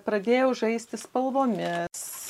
pradėjau žaisti spalvomis